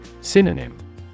Synonym